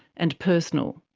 and personal.